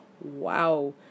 Wow